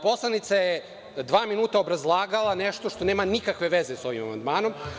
Poslanica je dva minuta obrazlagala nešto što nema nikakve veze sa ovim amandmanom.